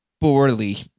poorly